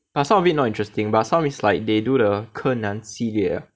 but some of it not interesting but some is like they do the 柯南系列 ah